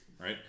right